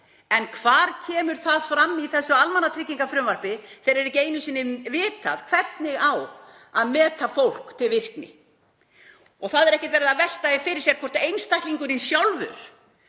En hvar kemur það fram í þessu almannatryggingafrumvarpi? Það er ekki einu sinni vitað hvernig á að meta fólk til virkni. Það er ekkert verið að velta fyrir sér einstaklingnum sjálfum,